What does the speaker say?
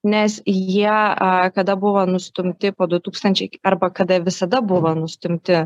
nes jie kada buvo nustumti po du tūkstančiai arba kada visada buvo nustumti